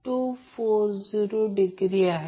तर हे VL max आहे